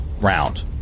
round